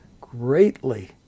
greatly